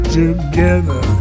together